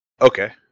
Okay